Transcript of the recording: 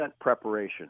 preparation